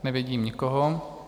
Nevidím nikoho.